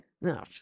No